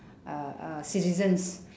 uh uh citizens